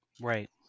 Right